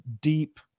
deep